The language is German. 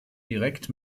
direkt